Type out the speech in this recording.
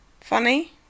Funny